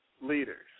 leaders